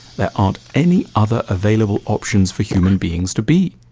there aren't any other available options for human beings to be.